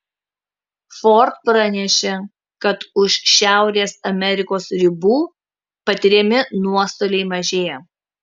ford pranešė kad už šiaurės amerikos ribų patiriami nuostoliai mažėja